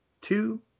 two